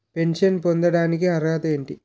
Pension పొందడానికి అర్హత ఏంటి?